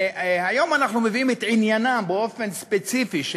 היום אנחנו מביאים באופן ספציפי את